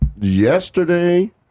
yesterday